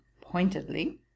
pointedly